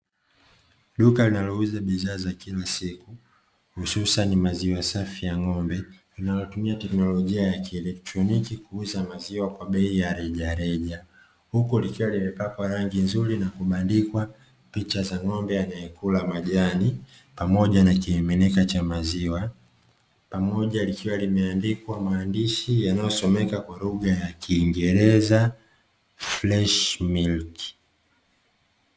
Duka linalouza bidhaa za kila siku hususan maziwa safi ya ng'ombe, inayotumia teknolojia ya kieletroniki kuuza maziwa kwa bei ya rejareja. Huku likiwa limepakwa rangi nzuri na kubandika picha za ng'ombe anayekula majani pamoja na kimiminika cha maziwa, pamoja likiwa limeandikwa maandishi yanayosomeka lugha ya kingereza "FRESH MILK".